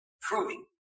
proving